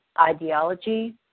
ideology